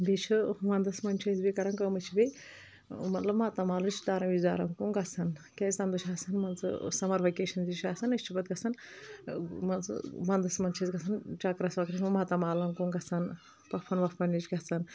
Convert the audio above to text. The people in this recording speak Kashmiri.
بیٚیہِ چھُ ونٛدس منٛز چھِ أسۍ بیٚیہِ کران کٲم أسۍ چھِ بیٚیہِ مطلب ماتامال رشتہٕ دارن وِشتہٕ دارن ہُنٛد گژھان کیٛاز تمہِ دۄہ چھُ آسان سمر وکیشن تہِ چھِ آسان أسۍ چھِ پتہٕ گژھن مان ژٕ ونٛدس منٛز چھِ أسۍ گژھان چکرس وکرس ماتامال کُن گژھان پۄپھن وۄپھن نِش گژھان